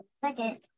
second